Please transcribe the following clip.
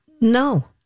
No